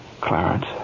Clarence